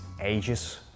ages